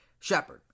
Shepard